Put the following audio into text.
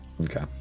Okay